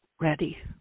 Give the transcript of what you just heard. ready